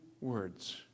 words